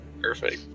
Perfect